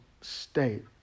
state